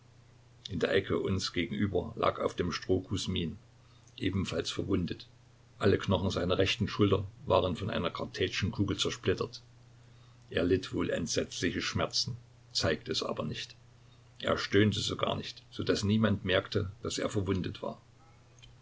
in der ecke uns gegenüber lag auf dem stroh kusmin ebenfalls verwundet alle knochen seiner rechten schulter waren von einer kartätschenkugel zersplittert er litt wohl entsetzliche schmerzen zeigte es aber nicht er stöhnte sogar nicht so daß niemand merkte daß er verwundet war